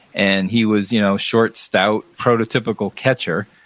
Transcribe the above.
and he was you know short, stout, prototypical catcher,